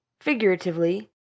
figuratively